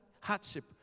hardship